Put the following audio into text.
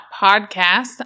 podcast